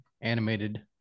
animated